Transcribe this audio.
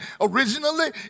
Originally